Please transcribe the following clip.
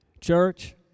Church